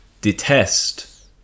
detest